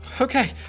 Okay